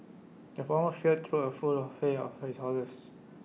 the farmer filled trough A full of hay for his horses